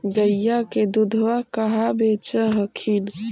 गईया के दूधबा कहा बेच हखिन?